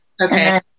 Okay